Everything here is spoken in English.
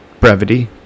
brevity